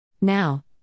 Now